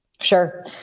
Sure